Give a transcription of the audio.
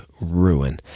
ruin